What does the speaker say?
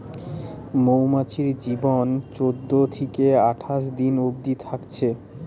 মৌমাছির জীবন চোদ্দ থিকে আঠাশ দিন অবদি থাকছে